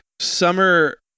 Summer